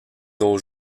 nos